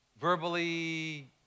verbally